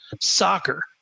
Soccer